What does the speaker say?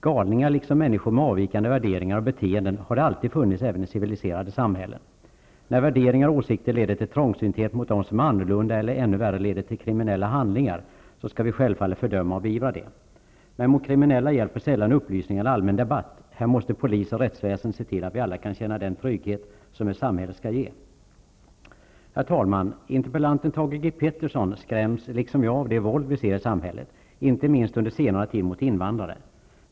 Galningar, liksom människor med avvikande värderingar och beteenden har det alltid funnits, även i civiliserade samhällen. När värderingar och åsikter leder till trångsynthet mot dem som är annorlunda eller, ännu värre, när de leder till kriminella handlingar skall vi självfallet fördöma och beivra detta. Men mot kriminella hjälper sällan upplysning eller allmän debatt. Här måste polis och rättsväsende se till att vi alla kan känna den trygghet som ett rättssamhälle skall ge. Herr talman! Interpellanten Thage G Peterson skräms, liksom jag, av det våld vi ser i samhället -- inte minst under senare tid mot invandrare.